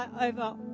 over